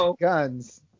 guns